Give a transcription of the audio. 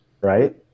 right